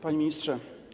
Panie Ministrze!